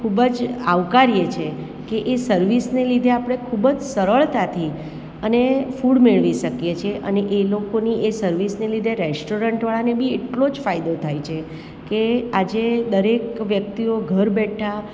ખૂબ જ આવકારીએ છીએ કે એ સર્વિસને લીધે આપણે ખૂબ જ સરળતાથી અને ફૂડ મેળવી શકીએ છીએ અને એ લોકોની એ સર્વિસને લીધે રેસ્ટોરન્ટવાળાને બી એટલો જ ફાયદો થાય છે કે આજે દરેક વ્યક્તિઓ ઘર બેઠા